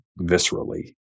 viscerally